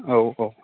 औ औ